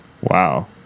Wow